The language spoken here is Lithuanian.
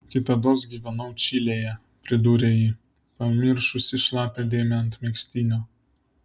kitados gyvenau čilėje pridūrė ji pamiršusi šlapią dėmę ant megztinio